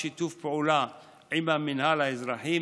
בשיתוף פעולה עם המינהל האזרחי,